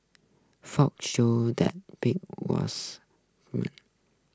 footage showed that Pang was the